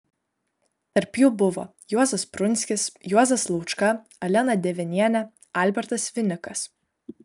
tarp jų buvo juozas prunskis juozas laučka alena devenienė albertas vinikas